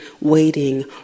waiting